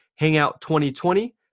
HANGOUT2020